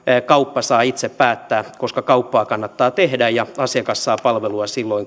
kauppa saavat itse päättää koska kauppaa kannattaa tehdä ja asiakas saa palvelua silloin